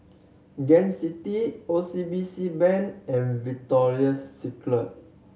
Gain City O C B C Bank and Victoria Secret